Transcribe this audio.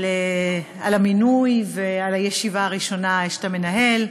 על המינוי ועל הישיבה הראשונה שאתה מנהל.